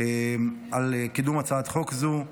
על קידום הצעת חוק זאת,